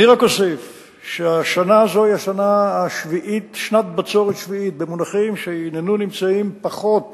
אני רק אוסיף שהשנה הזאת היא שנת בצורת שביעית במונחים שיורדים פחות